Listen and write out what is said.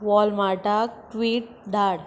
वॉलमार्टाक tweet धाड